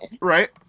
Right